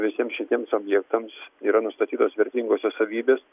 visiems šitiems objektams yra nustatytos vertingosios savybės